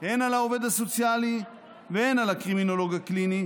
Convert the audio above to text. הן על העובד הסוציאלי והן על הקרימינולוג הקליני,